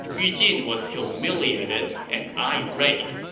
yu jin was humiliated and irate,